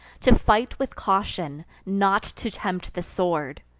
to fight with caution, not to tempt the sword!